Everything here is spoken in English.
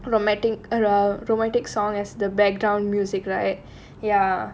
romantic around romantic song as the background music right ya